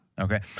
Okay